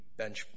benchmark